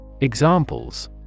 Examples